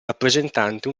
rappresentante